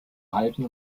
halten